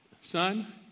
Son